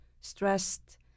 stressed